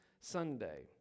Sunday